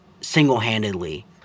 single-handedly